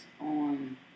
on